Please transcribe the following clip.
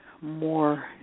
more